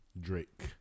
Drake